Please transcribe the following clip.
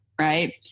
Right